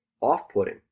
off-putting